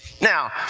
Now